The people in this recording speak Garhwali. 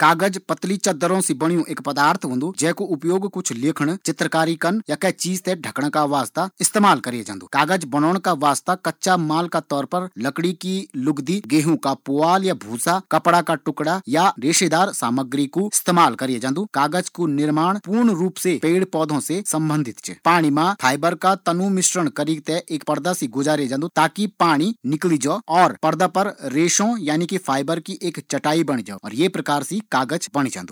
कागज़ पतली चदरो से बणी एक परत होंदी जैते लिखण का वास्ता इस्तेमाल करए जांदु कच्चा माळ का तौर पर लकड़ी की लुगदी, गेहूं का भूसा कपड़ा का टुकड़ा या रेशेदार सामग्री कु इस्तेमाल होन्दु ये सारा मिश्रण ते पाणी मा मिलेकी फिर अत्यधिक दबाब सी पाणी निकाली क ते तैयार करे जांदु